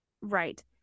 right